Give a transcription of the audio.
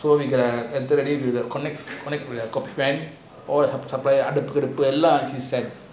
so with the we will connect connect with the fan